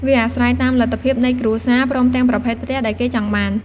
វាអាស្រ័យតាមលទ្ធភាពនៃគ្រួសារ ព្រមទាំងប្រភេទផ្ទះដែលគេចង់បាន។